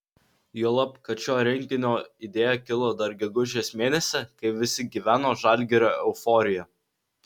juolab kad šio renginio idėja kilo dar gegužės mėnesį kai visi gyveno žalgirio euforija